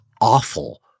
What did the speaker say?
awful